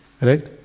Right